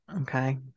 Okay